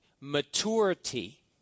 maturity